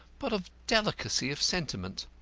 but of delicacy of sentiment.